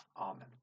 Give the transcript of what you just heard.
Amen